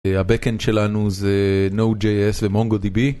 הבק אנד שלנו זה Node.js וMongoDB